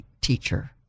teacher